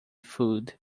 food